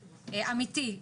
אמיתי,